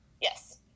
Yes